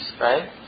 right